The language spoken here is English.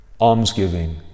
almsgiving